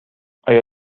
آیا